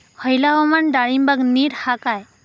हयला हवामान डाळींबाक नीट हा काय?